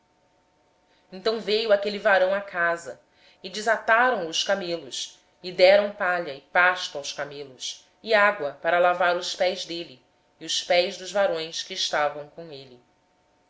então veio o homem à casa e desarreou os camelos deram palha e forragem para os camelos e água para lavar os pés dele e dos homens que estavam com ele